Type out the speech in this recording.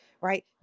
right